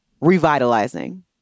revitalizing